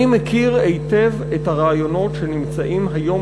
אני מכיר היטב את הרעיונות שנמצאים היום